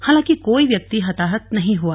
हालांकि कोई व्यक्ति हताहत नहीं हुआ